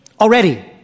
Already